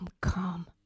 come